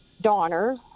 donner